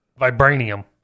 vibranium